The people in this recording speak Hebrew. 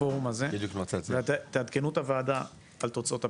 בפורום הזה ותעדכנו את הוועדה על תוצאות הפגישה.